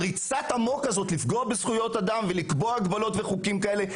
הריצת אמוק הזאת לפגוע בזכויות אדם ולקבוע הגבלות וחוקים כאלה,